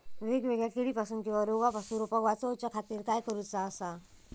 वेगवेगल्या किडीपासून किवा रोगापासून रोपाक वाचउच्या खातीर काय करूचा?